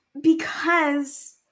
Because-